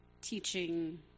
teaching